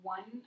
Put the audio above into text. One